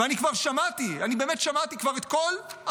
אני כבר שמעתי, אני באמת שמעתי כבר כל התירוצים.